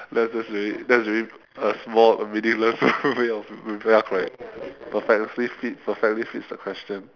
that's just really that's really a small meaningless way of re~ rebel correct perfectly fit perfectly fits the question